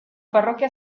parroquia